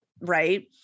right